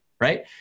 right